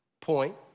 point